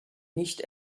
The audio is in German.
nicht